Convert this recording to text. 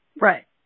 Right